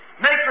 Make